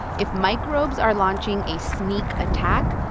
if microbes are launching a sneak attack,